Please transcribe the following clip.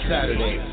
Saturday